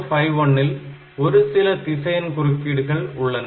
8051 இல் ஒருசில திசையன் குறுக்கீடுகள் உள்ளன